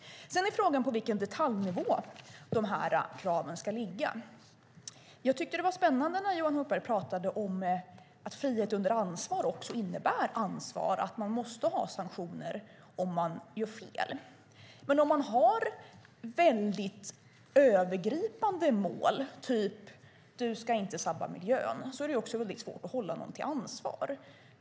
Sedan är frågan på vilken detaljnivå dessa krav ska ligga. Jag tyckte att det var spännande när Johan Hultberg pratade om att frihet under ansvar också innebär ansvar och att det måste finnas sanktioner om man gör fel. Men om vi har väldigt övergripande mål av typen "du ska inte sabba miljön" är det också väldigt svårt att hålla någon ansvarig.